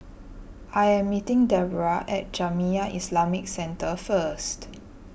I am meeting Deborrah at Jamiyah Islamic Centre first